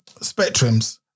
spectrums